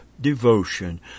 devotion